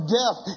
death